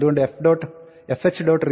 അതുകൊണ്ട് fh